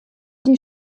die